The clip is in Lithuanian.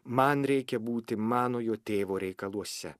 man reikia būti manojo tėvo reikaluose